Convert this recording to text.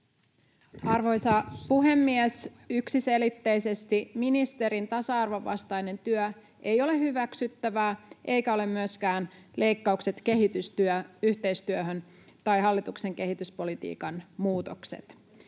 Arvoisa puhemies! Yksiselitteisesti: Ministerin tasa-arvon vastainen työ ei ole hyväksyttävää, eivätkä ole myöskään leikkaukset kehitysyhteistyöhön tai hallituksen kehityspolitiikan muutokset.